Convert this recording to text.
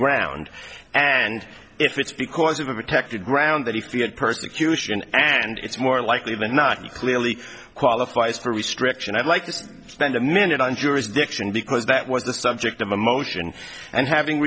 ground and if it's because of a protected ground that he had persecution and it's more likely than not he clearly qualifies for restriction i'd like to spend a minute on jurisdiction because that was the subject of a motion and having